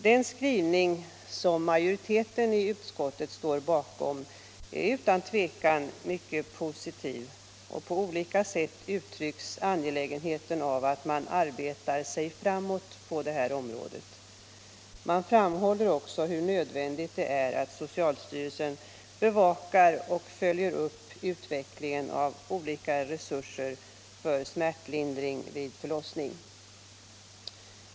Den skrivning som majoriteten i utskottet står bakom är utan tvekan mycket positiv; på olika sätt uttrycks det angelägna i att man arbetar sig framåt på det här området. Majoriteten framhåller också hur nödvändigt det är att socialstyrelsen bevakar och följer upp utvecklingen av olika resurser för smärtlindring vid förlossning.